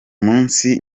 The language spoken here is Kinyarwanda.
munsi